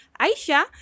aisha